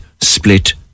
split